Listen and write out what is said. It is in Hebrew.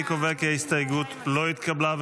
אני קובע כי ההסתייגות לא התקבלה.